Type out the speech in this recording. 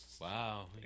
wow